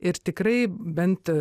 ir tikrai bent